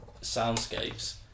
soundscapes